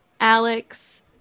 Alex